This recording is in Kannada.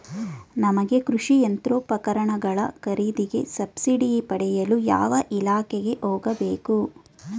ನಮಗೆ ಕೃಷಿ ಯಂತ್ರೋಪಕರಣಗಳ ಖರೀದಿಗೆ ಸಬ್ಸಿಡಿ ಪಡೆಯಲು ಯಾವ ಇಲಾಖೆಗೆ ಹೋಗಬೇಕು?